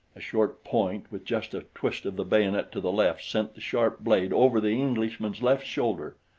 a short point, with just a twist of the bayonet to the left sent the sharp blade over the englishman's left shoulder.